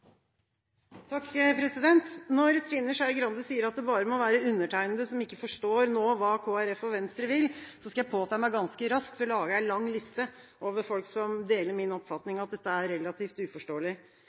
Når Trine Skei Grande sier at det bare må være undertegnede som ikke forstår hva Kristelig Folkeparti og Venstre vil, skal jeg påta meg ganske raskt å lage en lang liste over folk som deler min oppfatning